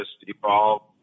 evolved